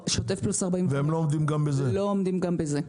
הם לא עומדים גם בזה.